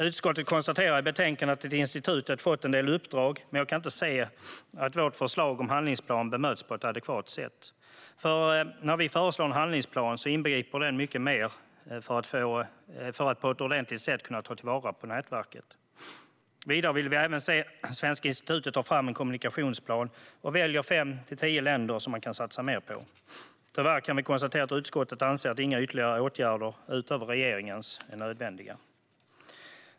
Utskottet konstaterar i betänkandet att institutet har fått en del uppdrag, men jag kan inte se att vårt förslag om handlingsplan bemöts på ett adekvat sätt. För när vi föreslår en handlingsplan inbegriper den mycket mer för att på ett ordentligt sätt kunna ta vara på nätverket. Vidare vill vi även se att Svenska institutet tar fram en kommunikationsplan och väljer fem till tio länder som man satsar mer på. Tyvärr kan vi konstatera att utskottet anser att inga ytterligare åtgärder, utöver regeringens, är nödvändiga.